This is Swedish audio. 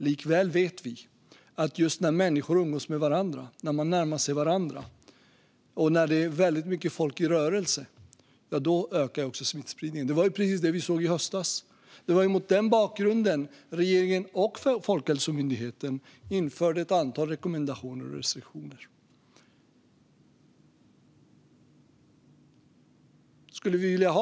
Likväl vet vi att just när människor umgås med varandra, när man närmar sig varandra och när det är väldigt mycket folk i rörelse ökar också smittspridningen. Det var precis det vi såg i höstas. Det var mot den bakgrunden som regeringen och Folkhälsomyndigheten införde ett antal rekommendationer och restriktioner. Vill vi ha det så?